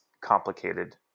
complicated